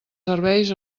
serveis